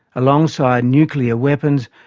alongside nuclear weapons,